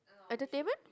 entertainment